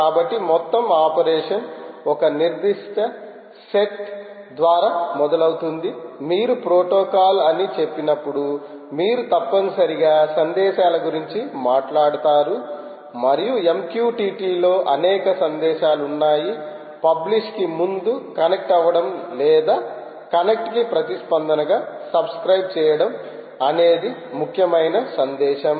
కాబట్టి మొత్తం ఆపరేషన్ ఒక నిర్దిష్ట సెట్ ద్వారా మొదలవుతుంది మీరు ప్రోటోకాల్ అని చెప్పినప్పుడు మీరు తప్పనిసరిగా సందేశాల గురించి మాట్లాడతారు మరియు MQTT లో అనేక సందేశాలు ఉన్నాయి పబ్లిష్ కి ముంధు కనెక్ట్అవ్వడం లేదా కనెక్ట్ కి ప్రతిస్పందనగా సబ్స్క్రయిబ్ చేయడం అనేది ముఖ్యమైన సందేశం